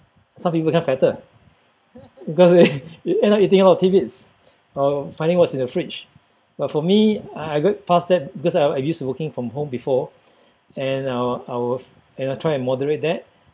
some people become fatter because they end up eating a lot of tidbits or finding what's in the fridge but for me I I got past that because I I used to working from home before and I'll I'll and I'll try and moderate that